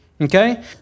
Okay